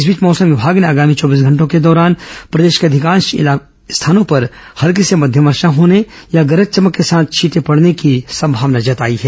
इस बीच मौसम विमाग ने आगामी चौबीस घंटों के दौरान प्रदेश के अधिकांश स्थानों पर हल्की से मध्यम वर्षा होने अथवा गरज चमक के साथ छींटे पड़ने की संभावना जताई है